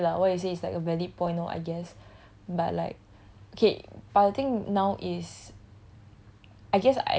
okay lah what you say it's like a valid point oh I guess but like okay but the thing now is